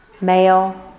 male